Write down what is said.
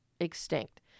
extinct